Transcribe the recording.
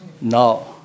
now